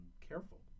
careful